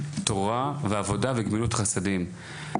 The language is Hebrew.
תורה ועבודה וגמילות חסדים,